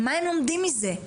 מה הם לומדים מזה.